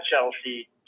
Chelsea